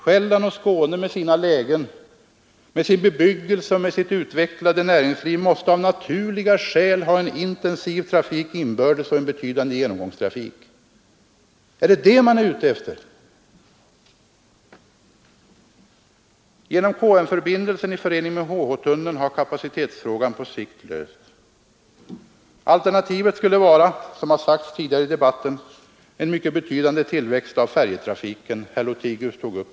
Själland och Skåne med sina lägen, med sin bebyggelse och med sitt utvecklade näringsliv måste av naturliga skäl ha en intensiv trafik inbördes och en betydande genomgångstrafik. Är det det man är ute efter? Genom KM-förbindelsen — i förening med HH-tunneln — har kapacitetsfrågan på sikt lösts. Alternativet skulle vara — som herr Lothigius sade tidigare i debatten — en mycket betydande tillväxt av färjetrafiken.